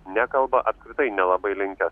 nekalba apskritai nelabai linkęs